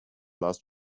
last